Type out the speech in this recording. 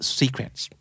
secrets